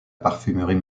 parfumerie